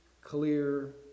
clear